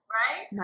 right